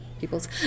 people's